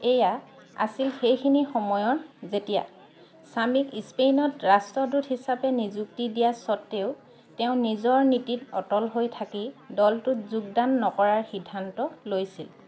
এয়া আছিল সেইখিনি সময়ৰ যেতিয়া স্বামীক ইস্পেইনত ৰাষ্ট্ৰদূত হিচাপে নিযুক্তি দিয়া স্বত্বেও তেওঁ নিজৰ নীতিত অটল হৈ থাকি দলটোত যোগদান নকৰাৰ সিদ্ধান্ত লৈছিল